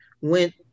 went